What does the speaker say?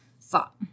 thought